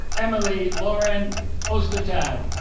emily lauren ostertag